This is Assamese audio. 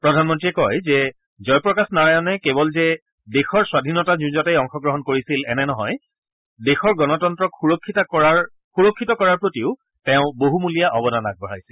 প্ৰধানমন্ত্ৰীয়ে কয় যে জয়প্ৰকাশ নাৰায়ণনে কেৱল যে দেশৰ স্বাধীনতা যুঁজতেই অংশগ্ৰহণ কৰিছিল এনে নহয় দেশৰ গণতন্ত্ৰক সুৰক্ষিত কৰাৰ প্ৰতিও তেওঁ বহুমূলীয়া অৱদান আগবঢ়াইছিল